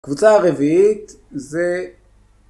קבוצה הרביעית זה...